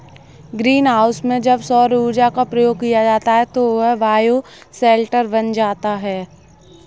green house में जब सौर ऊर्जा का प्रयोग किया जाता है तो वह बायोशेल्टर बन जाता है